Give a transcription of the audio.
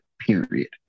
Period